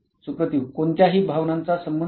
सुप्रतिव कोणत्याही भावनांचा संबंध नाही